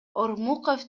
ормуков